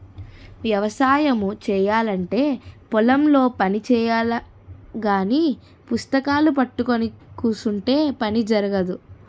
వ్యవసాయము చేయాలంటే పొలం లో పని చెయ్యాలగాని పుస్తకాలూ పట్టుకొని కుసుంటే పని జరగదు